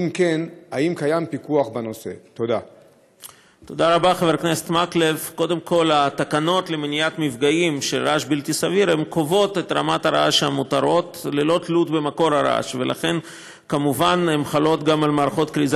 2. אם כן, האם קיים פיקוח